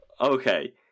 Okay